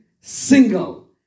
single